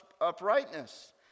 uprightness